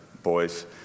Boys